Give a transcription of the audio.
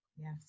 Yes